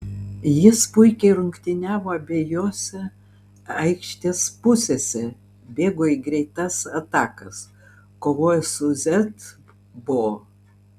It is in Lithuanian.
jis puikiai rungtyniavo abejose aikštės pusėse bėgo į greitas atakas kovojo su z bo